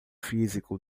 físico